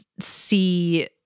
see